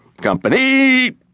Company